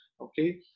Okay